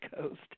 Coast